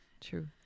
True